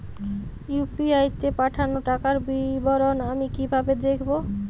UPI তে পাঠানো টাকার বিবরণ আমি কিভাবে দেখবো?